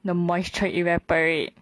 the moisture evaporate